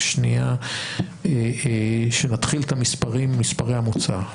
נתחיל את מספרי המוצא,